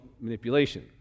manipulation